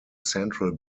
central